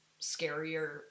scarier